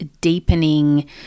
deepening